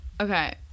Okay